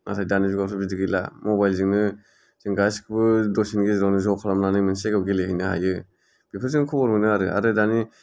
नाथाय दानि जुगावथ' बिदि गैला मबाइल जोंनो जों गासिखौबो दसेनि गेजेरावनो ज' खालामनानै मोनसे जायगायाव गेलेहैनो हायो बेखौ जों खबर मोनो आरो आरो दानि